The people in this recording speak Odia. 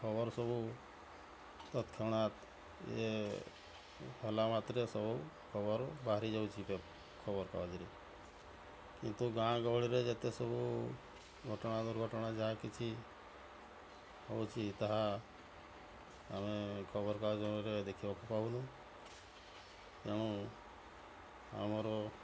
ଖବର ସବୁ ତତକ୍ଷଣାତ୍ ଇଏ ହେଲା ମାତ୍ରେ ସବୁ ଖବର ବାହାରି ଯାଉଛି ଖବରକାଗଜରେ କିନ୍ତୁ ଗାଁ ଗହଳିରେ ଯେତେସବୁ ଘଟଣା ଦୁର୍ଘଟଣା ଯାହା କିଛି ହେଉଛି ତାହା ଆମେ ଖବରକାଗଜରେ ଦେଖିବାକୁ ପାଉନୁ ତେଣୁ ଆମର